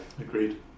Agreed